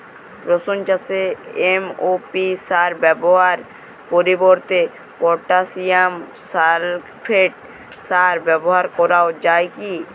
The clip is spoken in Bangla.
রসুন চাষে এম.ও.পি সার ব্যবহারের পরিবর্তে পটাসিয়াম সালফেট সার ব্যাবহার করা যায় কি?